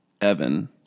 Evan